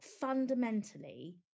fundamentally